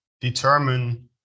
determine